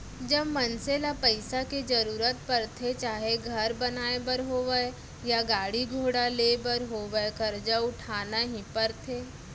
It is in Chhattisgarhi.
जब मनसे ल पइसा के जरुरत परथे चाहे घर बनाए बर होवय या गाड़ी घोड़ा लेय बर होवय करजा उठाना ही परथे